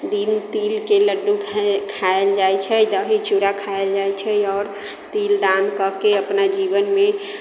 दिन तिलके लड्डू खाइ खायल जाइत छै दही चूड़ा खायल जाइत छै आओर तिल दान कऽ के अपना जीवनमे